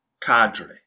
cadre